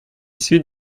suis